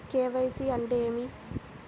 KYC అంటే ఏమి?